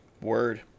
Word